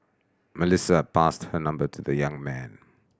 Melissa passed her number to the young man